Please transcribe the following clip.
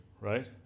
right